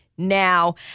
now